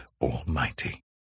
Almighty